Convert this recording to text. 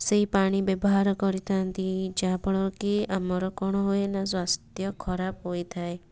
ସେଇପାଣି ବ୍ୟବହାର କରିଥାନ୍ତି ଯାହାଫଳରେ କି ଆମର କ'ଣ ହୁଏନା ସ୍ଵାସ୍ଥ୍ୟ ଖରାପ ହୋଇଥାଏ